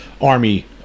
Army